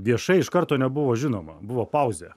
viešai iš karto nebuvo žinoma buvo pauzė